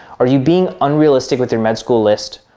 are you being unrealistic with your med school list?